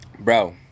bro